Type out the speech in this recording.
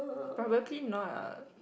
probably not ah